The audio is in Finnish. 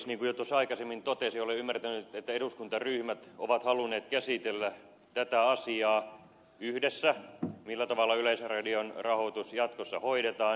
niin kuin jo tuossa aikaisemmin totesin olen ymmärtänyt että eduskuntaryhmät ovat halunneet yhdessä käsitellä tätä asiaa millä tavalla yleisradion rahoitus jatkossa hoidetaan